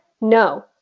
no